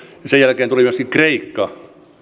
sen jälkeen tuli myöskin kreikka